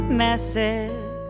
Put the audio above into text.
messes